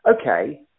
okay